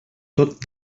tot